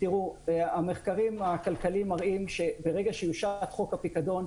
המחקרים הכלכליים מראים שברגע שיאושר חוק הפיקדון,